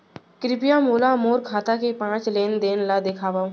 कृपया मोला मोर खाता के पाँच लेन देन ला देखवाव